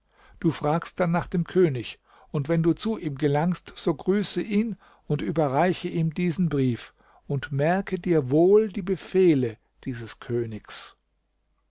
du fragst dann nach dem könig und wenn du zu ihm gelangst so grüße ihn und überreiche ihm diesen brief und merke dir wohl die befehle dieses königs